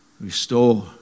Restore